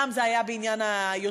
פעם זה היה בעניין היוצרים,